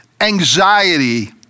anxiety